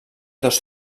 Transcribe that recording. dos